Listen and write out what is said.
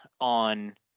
on